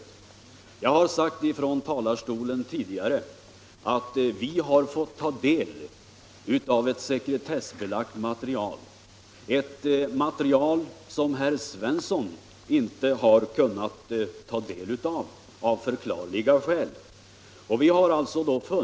Jag har tidigare ifrån talarstolen sagt att vi har fått ta del av ett sekretessbelagt material, ett material som herr Svensson i Malmö av förklarliga skäl inte kunnat ta del av.